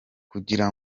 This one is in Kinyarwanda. kugira